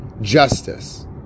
justice